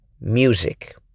Music